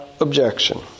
objection